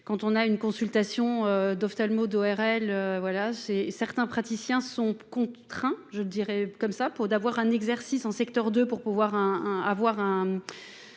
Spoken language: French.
quand on a une consultation d'ophtalmo d'ORL, voilà c'est certains praticiens sont contraints, je dirais comme ça pour d'avoir un exercice en secteur 2 pour pouvoir, hein,